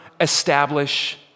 establish